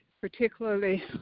particularly